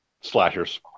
Slashers